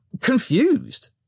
confused